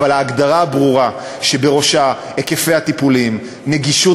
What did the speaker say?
אבל ההגדרה הברורה, שבראשה היקפי הטיפולים, נגישות